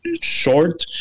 short